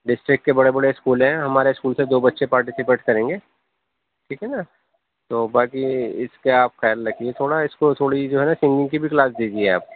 district کے بڑے بڑے اسکول ہیں ہمارے اسکول سے دو بچے پارٹسپیٹ کریں گے ٹھیک ہے نہ تو باقی اِس پہ آپ خیال رکھیے تھوڑا اِس کو تھوڑی جو ہے نہ سنگنگ کی بھی کلاس دیجیے آپ